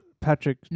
Patrick